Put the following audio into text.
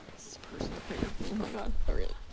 personal trigger for me, oh my god.